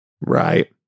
Right